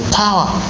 power